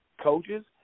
coaches